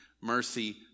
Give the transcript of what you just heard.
mercy